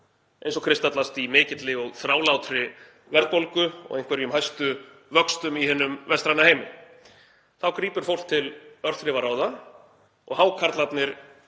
eins og kristallast í mikilli og þrálátri verðbólgu og einhverjum hæstu vöxtum í hinum vestræna heimi. Þá grípur fólk til örþrifaráða og hákarlarnir